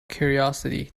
curiosity